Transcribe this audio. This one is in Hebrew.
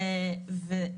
אבל